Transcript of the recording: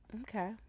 Okay